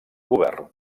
govern